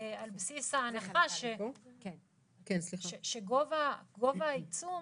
על בסיס ההנחה שגובה העיצום